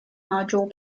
module